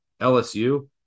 LSU